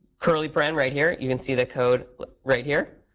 curly paren right here. you can see the code right here,